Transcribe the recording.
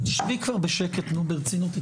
שבי כבר בשקט נו ברצינות,